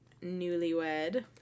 newlywed